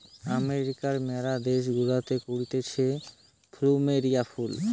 আমেরিকার ম্যালা দেশ গুলাতে হতিছে প্লুমেরিয়া ফুল